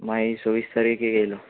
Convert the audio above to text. मागी सोवीस तारीक एक येयलो